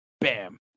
Bam